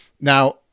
Now